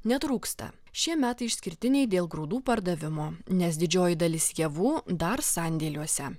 netrūksta šie metai išskirtiniai dėl grūdų pardavimo nes didžioji dalis javų dar sandėliuose